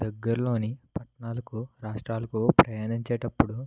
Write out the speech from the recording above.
దగ్గరలోని పట్టణాలకు రాష్ట్రాలకు ప్రయాణించేటప్పుడు